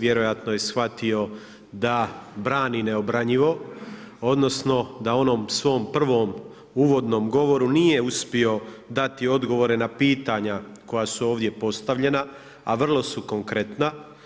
Vjerojatno je shvatio da brani neobranjivo, odnosno da onom svom prvom uvodnom govoru nije uspio dati odgovore na pitanja koja su ovdje postavljena, a vrlo su konkretna.